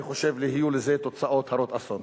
אני חושב שיהיו לזה תוצאות הרות אסון.